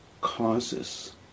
causes